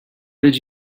did